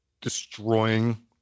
destroying